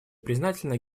признательна